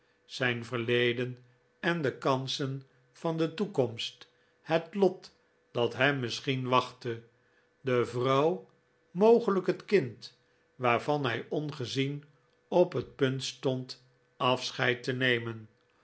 zijn verleden en de kansen van de toekomst het lot dat hem misschien wachtte de vrouw mogelijk het kind waarvan hij ongezien op het punt stond afscheid te nemen